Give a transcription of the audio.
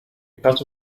because